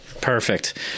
Perfect